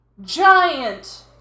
Giant